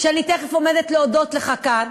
ואני תכף עומדת להודות לך כאן,